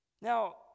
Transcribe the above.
Now